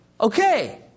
okay